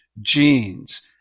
genes